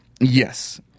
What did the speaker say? Yes